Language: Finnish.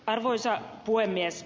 arvoisa puhemies